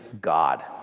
God